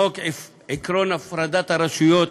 חוק, עקרון הפרדת הרשויות,